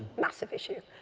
massive issue.